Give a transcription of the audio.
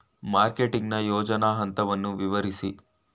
Marketing ನ ಯೋಜನಾ ಹಂತವನ್ನು ವಿವರಿಸಿ?